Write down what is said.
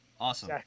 Awesome